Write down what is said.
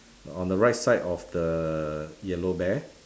on the right side of the yellow bear